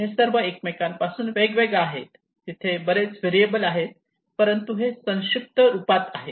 हे सर्व एकमेकांपासून वेगवेगळे आहेत तिथे बरेच व्हेरिएबल आहेत परंतु हे संक्षिप्त रूपात आहेत